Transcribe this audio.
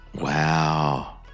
Wow